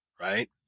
Right